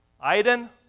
Iden